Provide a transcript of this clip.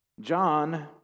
John